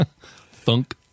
Thunk